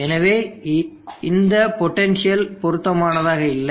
எனவே இந்த பொட்டன்ஷியல் பொருத்தமானதாக இல்லை